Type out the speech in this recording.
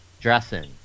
dressing